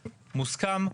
מוסכם,